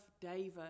David